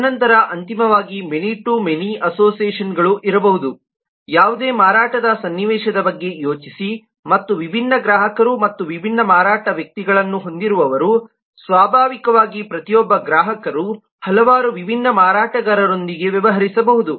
ತದನಂತರ ಅಂತಿಮವಾಗಿ many to many ಅಸೋಸಿಯೇಷನ್ಗಳು ಇರಬಹುದು ಯಾವುದೇ ಮಾರಾಟದ ಸನ್ನಿವೇಶದ ಬಗ್ಗೆ ಯೋಚಿಸಿ ಮತ್ತು ವಿಭಿನ್ನ ಗ್ರಾಹಕರು ಮತ್ತು ವಿಭಿನ್ನ ಮಾರಾಟ ವ್ಯಕ್ತಿಗಳನ್ನು ಹೊಂದಿರುವವರು ಸ್ವಾಭಾವಿಕವಾಗಿ ಪ್ರತಿಯೊಬ್ಬ ಗ್ರಾಹಕರು ಹಲವಾರು ವಿಭಿನ್ನ ಮಾರಾಟಗಾರರೊಂದಿಗೆ ವ್ಯವಹರಿಸಬಹುದು